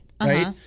right